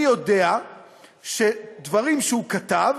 אני יודע שדברים שהוא כתב,